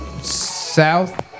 South